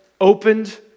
opened